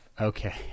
Okay